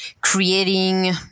creating